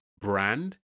brand